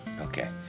Okay